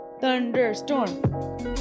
Thunderstorm